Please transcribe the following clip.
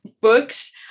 books